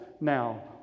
now